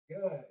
Good